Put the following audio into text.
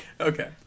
Okay